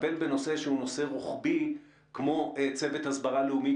לטפל בנושא שהוא נושא רוחבי כמו צוות הסברה לאומי.